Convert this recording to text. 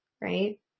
right